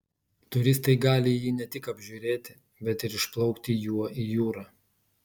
turistai gali jį ne tik apžiūrėti bet ir išplaukti juo į jūrą